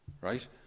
right